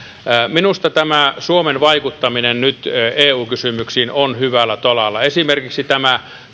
minusta tämä suomen vaikuttaminen eu kysymyksiin on nyt hyvällä tolalla esimerkiksi tämä